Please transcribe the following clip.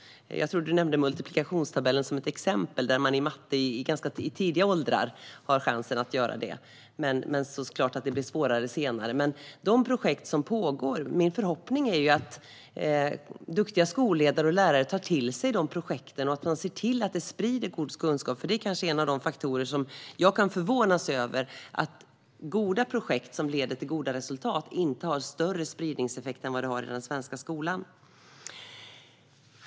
Jag tror att multiplikationstabellen nämndes som ett exempel där man i matte har chansen att göra det i ganska tidiga åldrar, men det är klart att det blir svårare senare. Min förhoppning är att duktiga skolledare och lärare tar till sig de projekt som pågår och ser till att de sprider god kunskap. Jag kan förvånas över att goda projekt som leder till goda resultat inte har större spridningseffekt än de har i den svenska skolan.